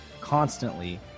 constantly